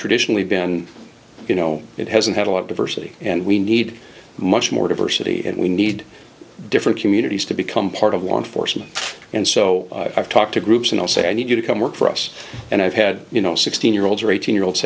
traditionally been you know it hasn't had a lot of diversity and we need much more diversity and we need different communities to become part of one fortune and so i've talked to groups and i'll say i need you to come work for us and i've had you know sixteen year olds or eighteen year olds